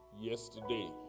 yesterday